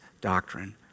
doctrine